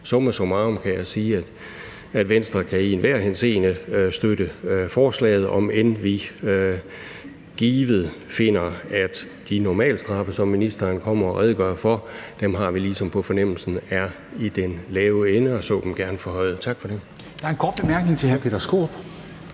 summa summarum kan jeg sige, at Venstre i enhver henseende kan støtte forslaget, om end vi har en fornemmelse af, at de normalstraffe, som ministeren kommer og redegør for, er i den lave ende, og vi gerne ser dem forhøjet. Tak for det.